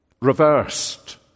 reversed